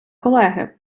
колеги